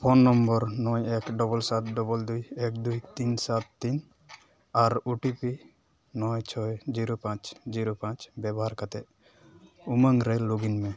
phone number ᱱᱚᱭ ᱮᱠ double ᱥᱟᱛ ᱰᱚᱵᱚᱞ ᱫᱩᱭ ᱮᱠ ᱫᱩᱭ ᱛᱤᱱ ᱥᱟᱛ ᱛᱤᱱ ᱟᱨ ᱳ ᱴᱤ ᱯᱤ ᱱᱚᱭ ᱪᱷᱚᱭ ᱡᱤᱨᱳ ᱯᱟᱸᱪ ᱡᱤᱨᱳ ᱯᱟᱸᱪ ᱵᱮᱵᱚᱦᱟᱨ ᱠᱟᱛᱮᱫ ᱩᱢᱟᱹᱝ ᱨᱮ ᱞᱚᱜᱽᱼᱤᱱ ᱢᱮ